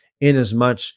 inasmuch